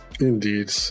Indeed